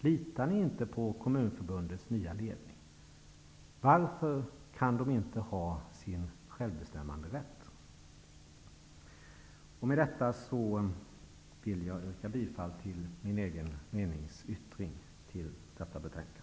Litar ni inte på Kommunförbundets nya ledning? Varför kan de inte få ha sin självbestämmanderätt? Med detta vill jag yrka bifall till min egen meningsyttring till detta betänkande.